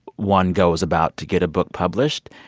one goes about to get a book published.